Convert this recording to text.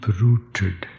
rooted